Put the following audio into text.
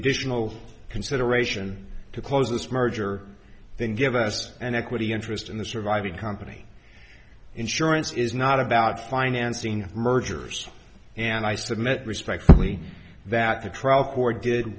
additional consideration to close this merger then give us an equity interest in the surviving company insurance is not about financing mergers and i submit respectfully that the trial court did